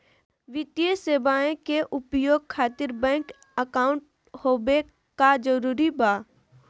वित्तीय सेवाएं के उपयोग खातिर बैंक अकाउंट होबे का जरूरी बा?